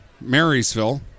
Marysville